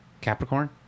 Capricorn